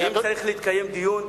שאם צריך להתקיים דיון,